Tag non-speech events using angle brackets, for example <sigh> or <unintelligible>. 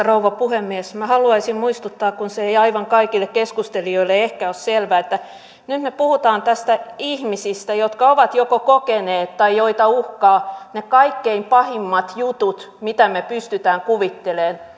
<unintelligible> rouva puhemies minä haluaisin muistuttaa kun se ei aivan kaikille keskustelijoille ehkä ole selvää että nyt me puhumme ihmisistä jotka ovat joko kokeneet tai joita uhkaavat ne kaikkein pahimmat jutut mitä me pystymme kuvittelemaan